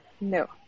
No